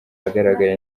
ahagaragara